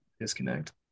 disconnect